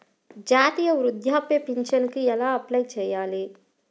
జాతీయ వృద్ధాప్య పింఛనుకి ఎలా అప్లై చేయాలి?